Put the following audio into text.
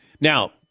Now